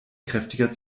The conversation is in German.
kräftiger